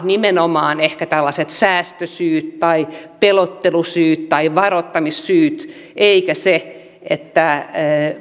nimenomaan tällaiset säästösyyt pelottelusyyt tai varoittamissyyt eikä se että